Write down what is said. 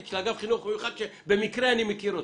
של אגף חינוך מיוחד שבמקרה אני מכיר אותה.